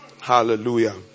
Hallelujah